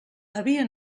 havia